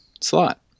slot